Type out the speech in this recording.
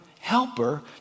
helper